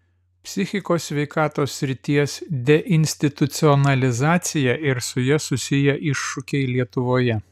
psichikos sveikatos srities deinstitucionalizacija ir su ja susiję iššūkiai lietuvoje